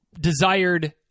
desired